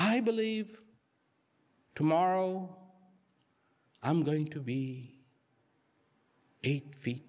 i believe tomorrow i'm going to be eight feet